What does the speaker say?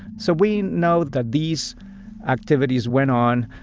so we know that these activities went on.